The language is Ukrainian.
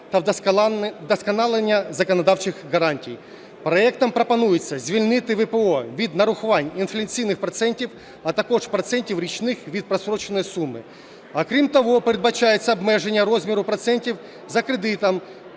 та вдосконалення законодавчих гарантій. Проектом пропонується звільнити ВПО від нарахувань інфляційних процентів, а також процентів річних від простроченої суми. Крім того, передбачається обмеження розміру процентів за кредитом,